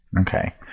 Okay